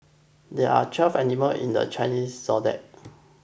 there are twelve animal in the Chinese zodiac